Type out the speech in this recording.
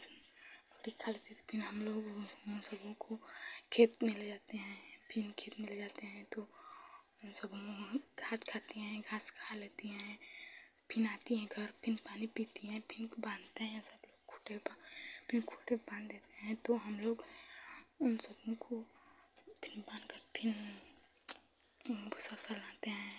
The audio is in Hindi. फिर खा फिर हमलोग उन सबों को खेत में ले जाते हैं फिर खेत में ले जाते हैं तो यह सब घास खाती हैं घास खा लेती हैं फिर आती हैं घर फिर पानी पीती हैं फिर बाँधते है सब खूँटे पर फिर खूँटे पर बाँध देते हैं तो हमलोग उन सबों को फिर बाँधकर फिर भूसा उसा लाते हैं